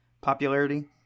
popularity